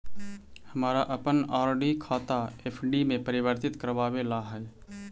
हमारा अपन आर.डी खाता एफ.डी में परिवर्तित करवावे ला हई